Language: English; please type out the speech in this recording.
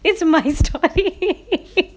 it's my story